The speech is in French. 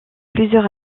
plusieurs